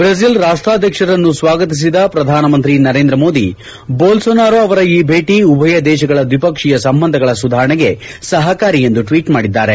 ಬ್ರೆಜೆಲ್ ರಾಷ್ನಾಧ್ಯಕ್ಷರನ್ನು ಸ್ವಾಗತಿಸಿದ ಪ್ರಧಾನಮಂತ್ರಿ ನರೇಂದ್ರಮೋದಿ ಬೋಲ್ಲೋನಾರೋ ಅವರ ಈ ಭೇಟಿ ಉಭಯ ದೇಶಗಳ ದ್ವಿಪಕ್ಷೀಯ ಸಂಬಂಧಗಳ ಸುಧಾರಣೆಗೆ ಸಹಕಾರಿ ಎಂದು ಟ್ಲೀಟ್ ಮಾಡಿದ್ದಾರೆ